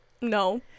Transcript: No